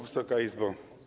Wysoka Izbo!